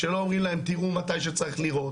שלא אומרים להם תירו מתי שצריך לירות.